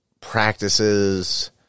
practices